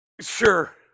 Sure